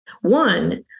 One